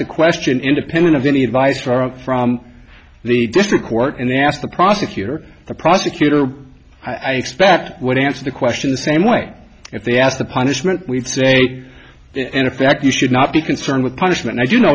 a question independent of any advice for a from the district court and they asked the prosecutor the prosecutor i expect would answer the question the same way if they asked the punishment we'd say in effect you should not be concerned with punishment if you know